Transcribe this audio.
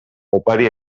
opari